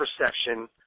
perception